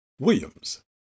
Williams